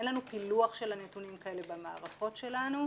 אין לנו פילוח של הנתונים כאלה במערכות שלנו.